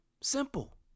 Simple